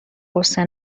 غصه